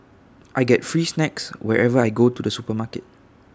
I get free snacks whenever I go to the supermarket